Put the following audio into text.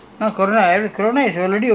because of all the corona lah